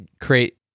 create